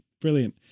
Brilliant